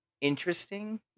interesting